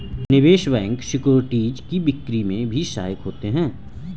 निवेश bank securities की बिक्री में भी सहायक होते हैं